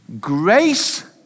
Grace